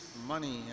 money